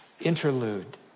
interlude